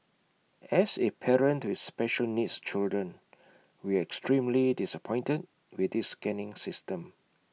as A parent to special needs children we are extremely disappointed with this scanning system